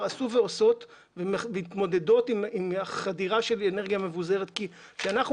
עשו ועושות ומתמודדות עם החדירה של אנרגיה מבוזרת כי כשאנחנו